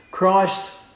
Christ